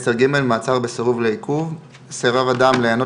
מעצר בסירוב לעיכוב 10ג. (א) סירב אדם להיענות